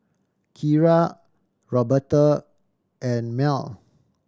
Keira Roberta and Mell